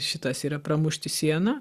šitas yra pramušti sieną